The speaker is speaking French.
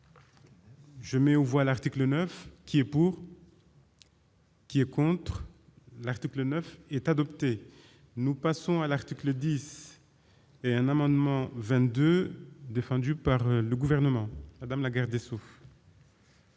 Je mets, on voit l'article 9 qui est pour. Qui est contre l'article 9 est adopté, nous passons à l'article 10 et un amendement 22, défendue par le gouvernement, madame Lagarde est sauf.